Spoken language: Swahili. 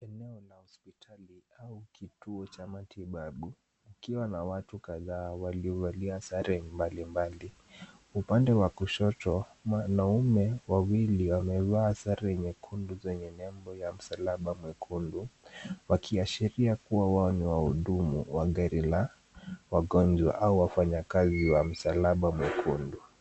Eneo la hospitali au kituo cha matibu, kikiwa na watu kadhaa waliovalia sare mbalimbali. Upande wa kushoto, mwanaume wawili wamevalia sare nyekundu zenye nembo ya msalaba mwekundu, wakiashiria kuwa wao ni wahudumu wa gari la wagonjwa au wafanyakazi wa msalaba mwekundu.